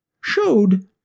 showed